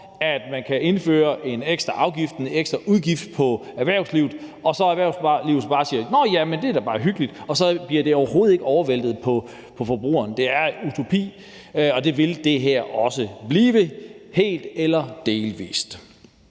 at man kan indføre en ekstra afgift, en ekstra udgift på erhvervslivet, og at vi har et erhvervsliv, der bare siger nå ja, men det er da bare hyggeligt, og så bliver det overhovedet ikke overvæltet på forbrugerne, er utopi, og det vil det her også blive helt eller delvis.